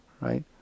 right